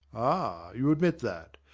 ah, you admit that.